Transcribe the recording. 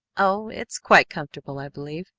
oh, it's quite comfortable, i believe,